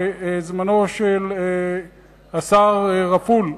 בזמנו של השר רפול,